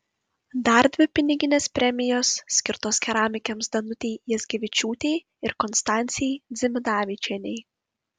dar dvi piniginės premijos skirtos keramikėms danutei jazgevičiūtei ir konstancijai dzimidavičienei